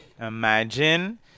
Imagine